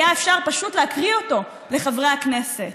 היה אפשר פשוט להקריא אותו לחברי הכנסת.